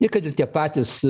ir kad ir tie patys